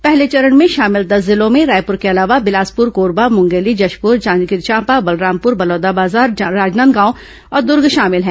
पहले चरण में शामिल दस जिलों में रायपुर के अलावा बिलासपुर कोरबा मुंगेली जशपूर जांजगीर चांपा बलरामपूर बलौदाबाजार राजनादगांव और दूर्गे शामिल हैं